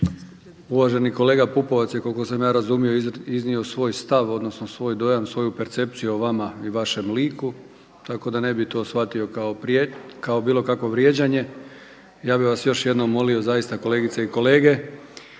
Uvaženi kolega Pupovac je koliko sam ja razumio iznio svoj stav, odnosno svoj dojam, svoju percepciju o vama i vašem liku tako da ne bi to shvatio kao bilo kakvo vrijeđane. Ja bih vas još jednom molio kolegice i kolege